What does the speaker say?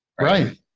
Right